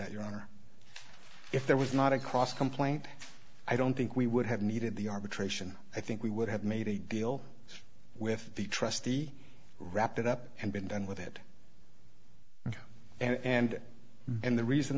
your honor if there was not a cross complaint i don't think we would have needed the arbitration i think we would have made a deal with the trustee wrap it up and been done with it and and the reason